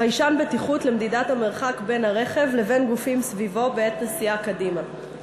חיישן בטיחות למדידת המרחק בין הרכב לבין גופים סביבו בעת נסיעה קדימה.